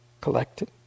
collected